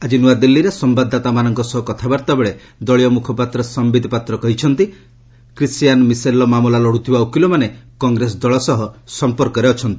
ଆଜି ନୂଆଦିଲ୍ଲୀରେ ସମ୍ଘାଦଦାତାମାନଙ୍କ ସହ କଥାବାର୍ତ୍ତା ବେଳେ ଦଳୀୟ ମୁଖପାତ୍ର ସମ୍ଭିତ ପାତ୍ର କହିଛନ୍ତି କ୍ରିଷ୍ଟିୟାନ୍ ମିସେଲ୍ର ମାମଲା ଲଢ଼ୁଥିବା ଓକିଲମାନେ କଂଗ୍ରେସ ଦଳ ସହ ସମ୍ପର୍କରେ ଅଛନ୍ତି